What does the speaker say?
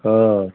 हाँ